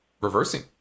reversing